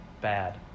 bad